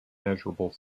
measurable